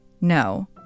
No